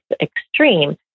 extreme